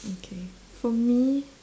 okay for me